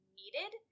needed